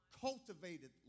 cultivated